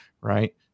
Right